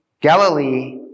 Galilee